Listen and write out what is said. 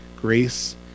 grace